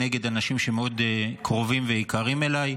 נגד אנשים שמאוד קרובים ויקרים לי.